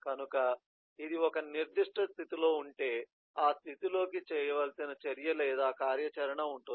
కనుక ఇది ఒక నిర్దిష్ట స్థితిలో ఉంటే ఆ స్థితి లోకి చేయవలసిన చర్య లేదా కార్యాచరణ ఉంటుంది